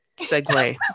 segue